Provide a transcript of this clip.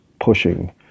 pushing